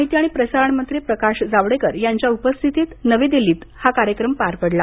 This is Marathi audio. माहिती आणि प्रसारण मंत्री प्रकाश जावडेकर यांच्या उपस्थितीत नवी दिल्ली इथं हा प्रकाशन समारंभ पार पडला